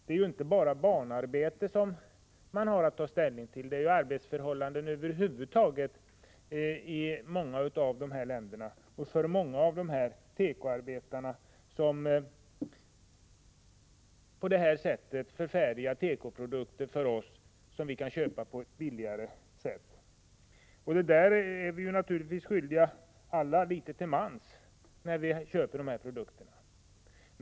Det är inte bara barnarbete man har att ta ställning till, det gäller arbetsförhållanden över huvud taget i många av de här länderna och för många av de tekoarbetare som på det här sättet förfärdigar tekoprodukter som vi kan köpa billigt. Vi är naturligtvis skyldiga litet till mans när vi köper de här produkterna.